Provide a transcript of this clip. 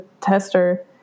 tester